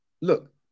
look